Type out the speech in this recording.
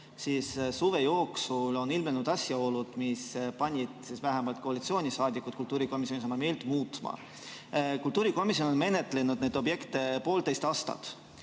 siis suve jooksul on ilmnenud asjaolud, mis panid vähemalt koalitsiooni saadikud kultuurikomisjonis oma meelt muutma. Kultuurikomisjon on menetlenud neid objekte poolteist aastat